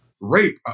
rape